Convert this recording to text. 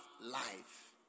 life